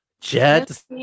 Jets